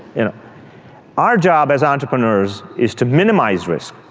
you know our job as entrepreneurs is to minimize risk,